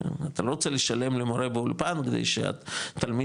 אתה לא רוצה לשלם למורה באולפן כדי שהתלמיד